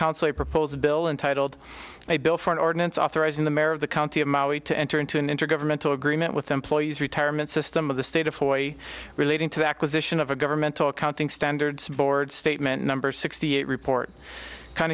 a proposed bill intitled a bill for an ordinance authorizing the mayor of the county of maui to enter into an intergovernmental agreement with employees retirement system of the state of hawaii relating to the acquisition of a governmental accounting standards board statement number sixty eight report kind